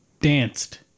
danced